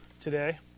today